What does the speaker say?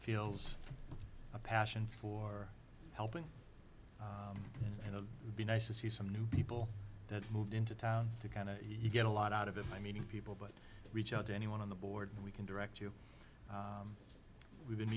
feels a passion for helping you know be nice to see some new people that moved into town to kind of you get a lot out of it i mean people but reach out to anyone on the board and we can direct you we've been